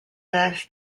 this